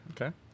okay